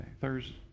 Thursday